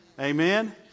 Amen